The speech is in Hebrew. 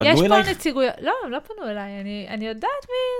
יש פה נציגויות... פנו אלייך? לא, לא פנו אליי, אני יודעת מי...